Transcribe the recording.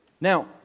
Now